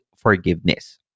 forgiveness